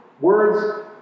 words